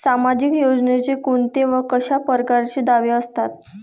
सामाजिक योजनेचे कोंते व कशा परकारचे दावे असतात?